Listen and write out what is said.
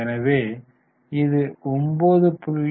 எனவே இது 9